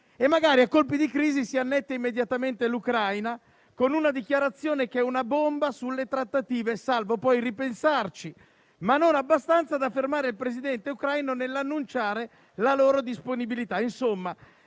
E a colpi di crisi magari si annette immediatamente l'Ucraina con una dichiarazione che è una bomba sulle trattative, salvo poi ripensarci, ma non abbastanza da fermare il Presidente ucraino nell'annunciare la loro disponibilità.